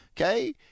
okay